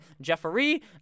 Jeffery